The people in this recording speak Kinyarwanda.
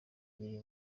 biri